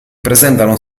presentano